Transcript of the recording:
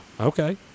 Okay